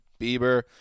Bieber